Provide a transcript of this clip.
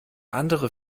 andere